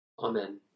Amen